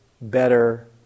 better